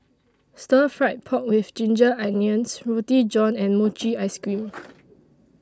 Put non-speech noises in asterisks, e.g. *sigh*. Stir Fried Pork with Ginger Onions Roti John and Mochi Ice Cream *noise*